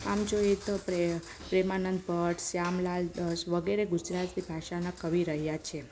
આમ જોઈએ તો પ્રેમાનંદ ભટ્ટ શ્યામલાલ દાસ વગેરે ગુજરાતી ભાષાના કવિ રહ્યા છે